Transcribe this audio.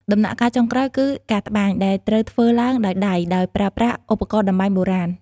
ដំណាក់កាលចុងក្រោយគឺ ការត្បាញ ដែលត្រូវធ្វើឡើងដោយដៃ ដោយប្រើប្រាស់ឧបករណ៍តម្បាញបុរាណ។